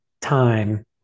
time